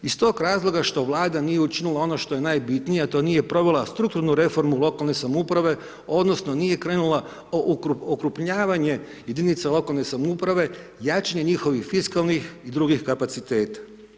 Iz tog razloga što vlada nije učinila ono što je najbitnije, a to nije provela strukturnu reformu lokalne samouprave, odnosno, nije krenula okrupnjavanje jedinice lokalne samouprave, jačanje njihovih fiskalnih i drugih kapaciteta.